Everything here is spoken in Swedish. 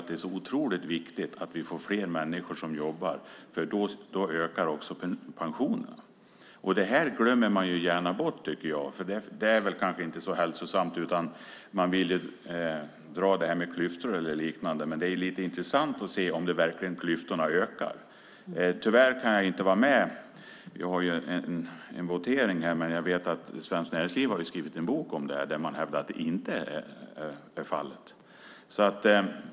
Det är så otroligt viktigt att vi får fler människor som jobbar. Då ökar också pensionerna. Det glömmer man gärna bort, tycker jag. Det är kanske inte så hälsosamt. Man vill dra det här med klyftor och liknande. Men det är lite intressant att se om klyftorna verkligen ökar. Tyvärr kan jag inte vara med. Vi har en votering här. Men jag vet att Svenskt Näringsliv har skrivit en bok om det här, där man hävdar att det inte är fallet.